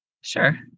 Sure